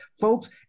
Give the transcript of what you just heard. Folks